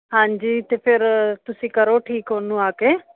ਹਾਂਜੀ ਅਤੇ ਫਿਰ ਤੁਸੀਂ ਕਰੋ ਠੀਕ ਉਹਨੂੰ ਆ ਕੇ